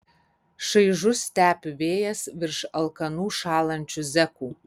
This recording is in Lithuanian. šaižus stepių vėjas virš alkanų šąlančių zekų